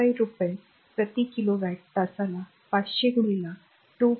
5 रुपये प्रति किलोवॅट तासाला 500 2